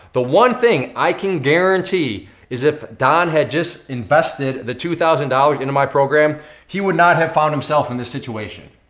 one thing i can guarantee is if don had just invested the two thousand dollars into my program he would not have found himself in this situation.